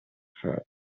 her